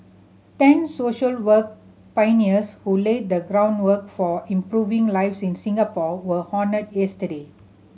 ten social work pioneers who laid the groundwork for improving lives in Singapore were honoured yesterday